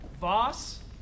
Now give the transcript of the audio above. Voss